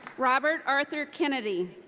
robert arthur kennedy.